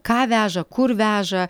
ką veža kur veža